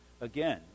Again